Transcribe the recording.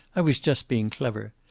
i was just being clever!